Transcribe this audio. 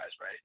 right